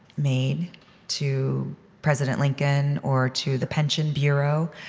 made to president lincoln or to the pension bureau.